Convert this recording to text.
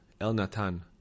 El-Natan